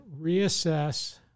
reassess